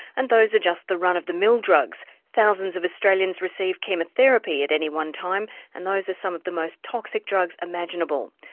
and those are just the run of the mill drugs. thousands of australians receive chemotherapy at any one time and those are some of the most toxic drugs imaginable.